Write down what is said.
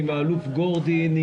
עם האלוף גורדין,